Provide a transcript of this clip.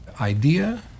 idea